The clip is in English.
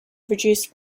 reduce